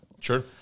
Sure